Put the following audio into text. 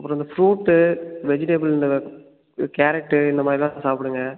அப்புறம் இந்த ஃபுரூட்டு வெஜிடபுளில் கேரட்டு இந்த மாதிரிலாம் சாப்பிடுங்க